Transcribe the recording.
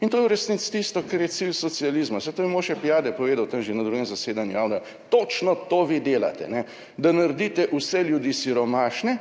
In to je v resnici tisto, kar je cilj socializma, saj to je Moša Pijade povedal tam že na drugem zasedanju / nerazumljivo/. Točno to vi delate, da naredite vse ljudi siromašne,